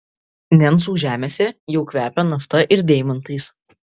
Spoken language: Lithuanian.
nencų žemėse jau kvepia nafta ir deimantais